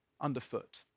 underfoot